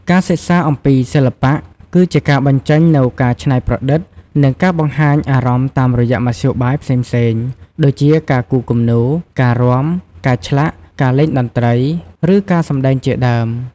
ការសិក្សាអំពី សិល្បៈ គឺជាការបញ្ចេញនូវការច្នៃប្រឌិត និងការបង្ហាញអារម្មណ៍តាមរយៈមធ្យោបាយផ្សេងៗ ដូចជាការគូរគំនូរ ការរាំ ការឆ្លាក់ ការលេងតន្ត្រី ឬការសម្ដែង ជាដើម។